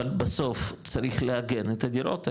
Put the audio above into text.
אבל בסוף, צריך לעגן את הדירות האלו,